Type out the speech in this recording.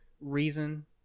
reason